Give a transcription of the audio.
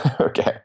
Okay